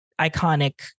iconic